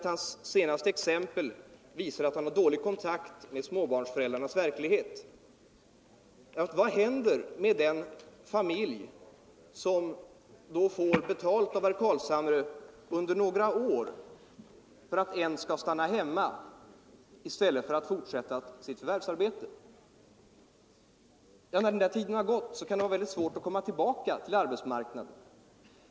Hans senaste exempel visar att han har dålig kontakt med småbarnsföräldrarnas verklighet. Vad händer med den familj som får betalt enligt herr Carlshamre under några år för att en av föräldrarna skall stanna hemma i stället för att fortsätta sitt förvärvsarbete? När den tiden har gått kan det vara svårt att komma tillbaka till arbetsmarknaden.